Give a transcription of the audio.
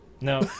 No